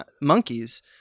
monkeys